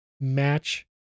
match